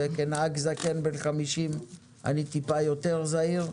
וכנהג זקן בן 50 אני טיפה יותר זהיר,